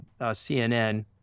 CNN